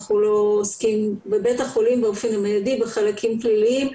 אנחנו לא עוסקים בבית החולים באופן מיידי בחלקים פליליים,